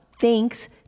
thanks